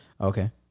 Okay